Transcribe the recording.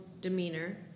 demeanor